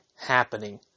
happening